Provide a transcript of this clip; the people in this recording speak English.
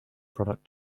product